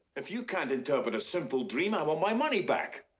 if you can't interpret a simple dream, i want my money back.